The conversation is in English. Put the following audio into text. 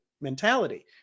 mentality